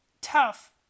tough